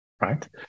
right